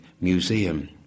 Museum